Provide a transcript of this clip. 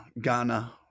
Ghana